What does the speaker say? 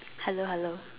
hello hello